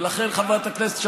ולכן, חברת הכנסת שפיר,